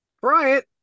Bryant